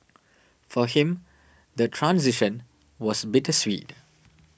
for him the transition was bittersweet